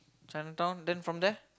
Chinatown then from there